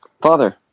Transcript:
Father